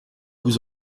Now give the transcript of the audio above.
vous